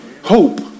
hope